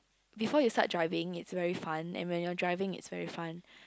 before you start driving it's very fun and when you're driving it's very fun